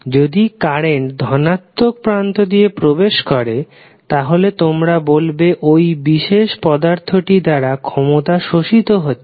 যদি কারেন্ট ধনাত্মক প্রান্ত দিয়ে প্রবেশ করে তাহলে তোমরা বলবে ওই বিশেষ পদার্থটি দ্বারা ক্ষমতা শোষিত হচ্ছে